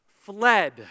fled